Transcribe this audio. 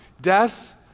Death